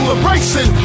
Celebration